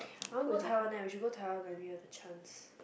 I want go taiwan leh we should go taiwan when we have the chance